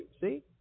See